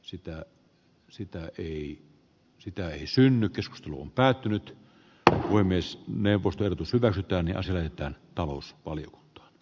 siitä sitä ei sitä ei synny keskusteluun päätynyt kauhoi myös neuvostojen kartan ja sille että talous oli j